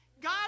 God